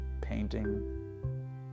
painting